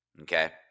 Okay